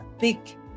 big